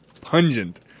pungent